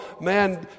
man